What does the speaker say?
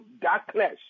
darkness